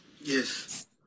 Yes